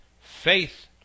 Faith